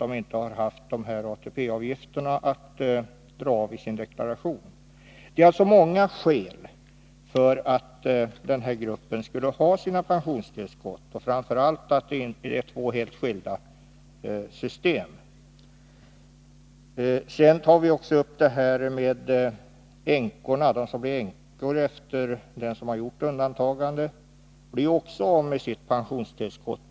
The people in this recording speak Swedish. De har inte haft ATP-avgifterna att dra av i sin deklaration. Det finns alltså många skäl för att den här gruppen skall få pensionstillskott. Och framför allt gäller det två skilda system. Vi tar även upp frågan om änkorna. De som blir änkor efter personer med undantagande från ATP blir också av med sitt pensionstillskott.